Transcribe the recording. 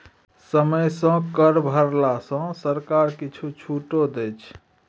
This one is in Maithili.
समय सँ कर भरला पर सरकार किछु छूटो दै छै